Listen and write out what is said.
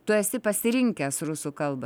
tu esi pasirinkęs rusų kalbą